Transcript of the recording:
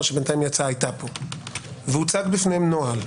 שבינתיים יצאה הייתה פה והוצג בפניהם נוהל,